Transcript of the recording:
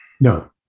No